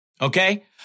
okay